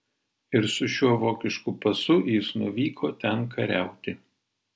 ir su šiuo vokišku pasu jis nuvyko ten kariauti